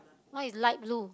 white light blue